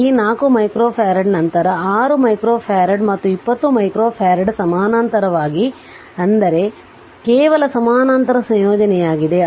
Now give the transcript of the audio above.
ಈ 4 ಮೈಕ್ರೋಫರಡ್ ನಂತರ 6 ಮೈಕ್ರೋಫರಡ್ ಮತ್ತು 20 ಮೈಕ್ರೋಫರಡ್ ಸಮಾನಾಂತರವಾಗಿ ಎಂದರೆ ಕೇವಲ ಸಮಾನಾಂತರ ಸಂಯೋಜನೆಯಾಗಿದೆ